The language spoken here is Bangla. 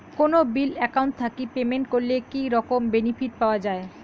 কোনো বিল একাউন্ট থাকি পেমেন্ট করলে কি রকম বেনিফিট পাওয়া য়ায়?